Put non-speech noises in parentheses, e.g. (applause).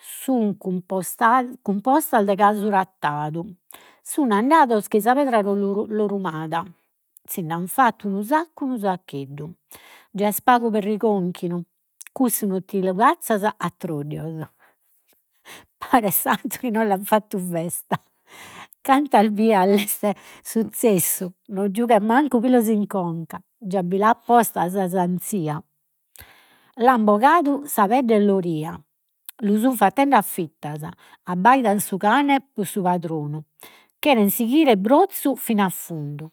sun (hesitation) cumpostas de casu rattadu, sun andados chei sa pedra (hesitation) lorumada, sind'an fattu unu saccu unu saccheddu, già est paghu perriconchinu, cussu no ti lu cazzas a troddios (laughs) Paret Santu (laughs) chi no l'an fattu festa (laughs) cantas bias l'est (laughs) suzzessu, no giughet mancu pilos in conca, già bi l'at posta sa sanzia, l'an bogadu sa pedde a loria, lu sun fattende a fittas, abbaidan su cane (hesitation) su padronu, cheret sighire brozzu fin'a fundu.